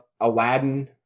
Aladdin